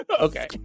Okay